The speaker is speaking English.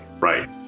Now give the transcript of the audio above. right